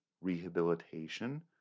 rehabilitation